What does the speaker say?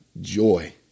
joy